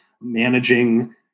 managing